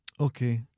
okay